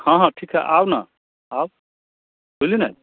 हँ हँ ठीक हय आउ ने आउ बुझली ने